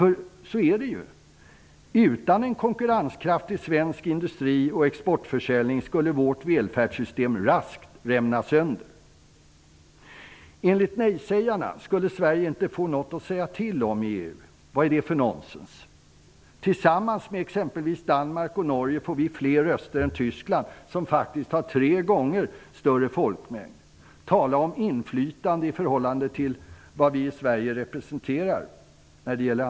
Så är det ju -- utan en konkurrenskraftig svensk industri och export skulle vårt välfärdssystem raskt rämna sönder. Enligt nej-sägarna skulle Sverige inte få något att säga till om i EU. Vad är det för nonsens? Tillsammans med t.ex. Danmark och Norge får vi fler röster än Tyskland som faktiskt har tre gånger större folkmängd. Där kan man tala inflytande i förhållande till antalet människor i Sverige.